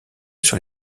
sur